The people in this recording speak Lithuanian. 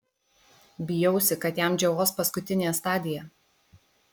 bijausi kad jam džiovos paskutinė stadija